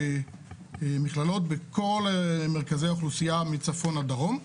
מכללות בכל מרכזי האוכלוסייה מצפון עד דרום.